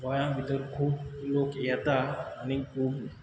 गोंयां भितर खूब लोक येता आनीक खूब